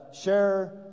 share